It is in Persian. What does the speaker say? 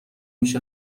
میشه